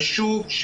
חשוב,